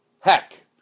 heck